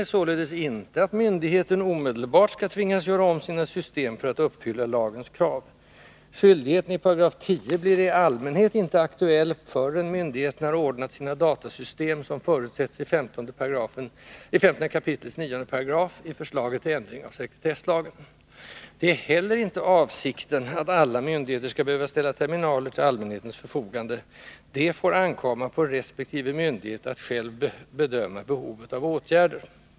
är således inte att myndigheten omedelbart skall tvingas göra om sina system för att uppfylla lagens krav. Skyldigheten i 10§ blir i allmänhet inte aktuell förrän ”myndigheterna ordnat sina datasystem såsom förutsätts i 15 kap. 9 § i förslaget till ändring i sekretesslagen”. Det är heller inte, säger utskottet, avsikten att alla myndigheter skall behöva ställa terminaler till allmänhetens förfogande. Det får ”ankomma på resp. myndighet att——-- själv bedöma behovet av åtgärder”.